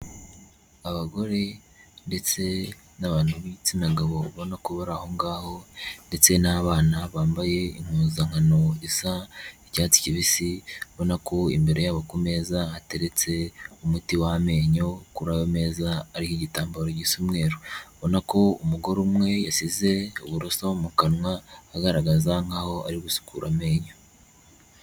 Abagore ndetse n'abantu b'igitsina gabo ubona ko bari aho ngaho ndetse n'abana bambaye impuzankano isa icyatsi kibisi, ubona ko imbere yabo ku meza ateretse umuti w'amenyo kuri ayo meza hariho igitambaro gisa umweru. Urabona ko umugore umwe yasize uburoso mu kanwa agaragaza nk'aho ari gusukura amenyo.